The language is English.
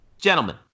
Gentlemen